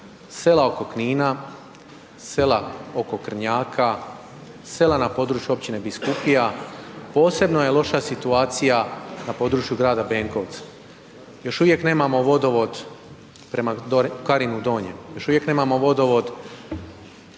Sela oko Knina, sela oko Krnjaka, sela na području općine Biskupija, posebno je loša situacija na području grada Benkovca, još uvijek nemamo vodovod prema Karinu Donjem, još uvijek nemamo vodovod